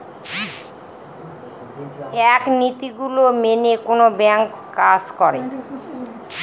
এক নীতি গুলো মেনে কোনো ব্যাঙ্ক কাজ করে